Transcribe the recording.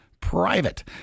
private